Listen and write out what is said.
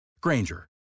Granger